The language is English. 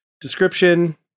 Description